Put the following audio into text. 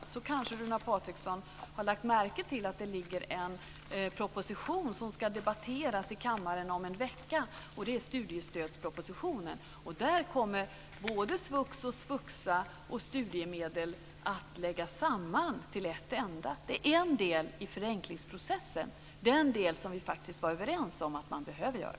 Men han kanske har lagt märke till att det föreligger en proposition som ska debatteras i kammaren om en vecka, nämligen studiestödspropositionen. Enligt den propositionen kommer svux, svuxa och studiemedel att läggas samman till ett enda stöd. Det är en del i förenklingsprocessen och den del som vi faktiskt var överens om att man behöver göra.